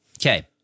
Okay